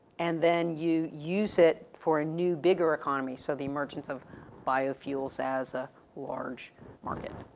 and then you use it for a new bigger economy, so the emergence of bio-fuels as a large market.